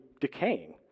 decaying